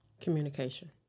Communication